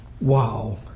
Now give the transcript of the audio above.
Wow